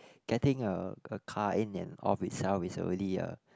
getting a a car in and on itself it's already a